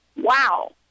wow